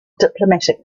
diplomatic